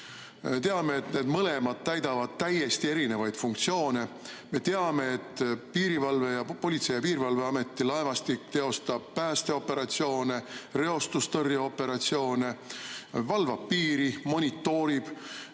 Teame, et need mõlemad täidavad täiesti erinevaid funktsioone. Me teame, et Politsei- ja Piirivalveameti laevastik teostab päästeoperatsioone, reostustõrjeoperatsioone, valvab piiri, monitoorib,